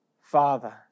Father